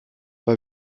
bei